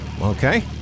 Okay